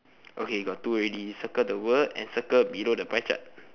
okay got two already circle the word and circle below the pie chart